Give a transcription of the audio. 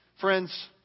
Friends